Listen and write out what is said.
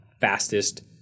fastest